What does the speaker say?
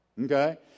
Okay